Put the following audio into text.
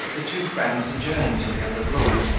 the two friends adjourned to the other room,